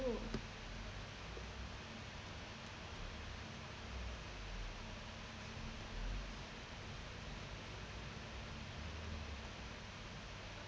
oh